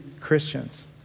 Christians